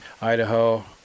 Idaho